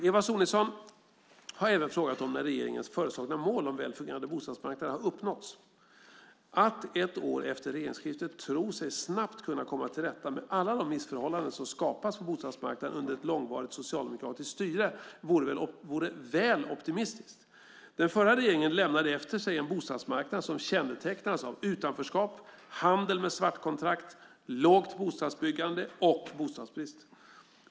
Eva Sonidsson har även frågat när regeringens föreslagna mål om väl fungerande bostadsmarknader har uppnåtts. Att ett år efter regeringsskiftet tro sig snabbt kunna komma till rätta med alla de missförhållanden som skapats på bostadsmarknaden under långvarigt socialdemokratiskt styre vore väl optimistiskt. Den förra regeringen lämnade efter sig en bostadsmarknad som kännetecknades av utanförskap, handel med svartkontrakt, lågt bostadsbyggande och bostadsbrist.